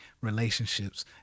relationships